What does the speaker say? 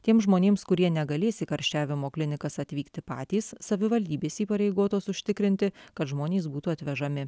tiems žmonėms kurie negalės į karščiavimo klinikas atvykti patys savivaldybės įpareigotos užtikrinti kad žmonės būtų atvežami